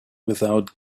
without